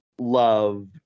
love